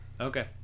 Okay